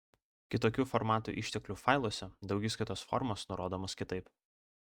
kitokių formatų išteklių failuose daugiskaitos formos nurodomos kitaip